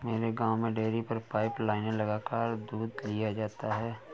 मेरे गांव में डेरी पर पाइप लाइने लगाकर दूध लिया जाता है